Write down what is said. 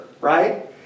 right